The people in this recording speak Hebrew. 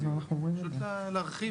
לא,